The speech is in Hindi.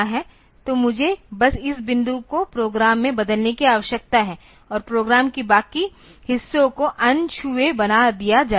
तो मुझे बस इस बिंदु को प्रोग्राम में बदलने की आवश्यकता है और प्रोग्राम के बाकी हिस्सों को अनछुए बना दिया जाएगा